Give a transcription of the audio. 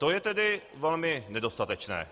To je tedy velmi nedostatečné.